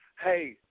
hey